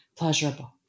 pleasurable